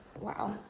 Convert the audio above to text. wow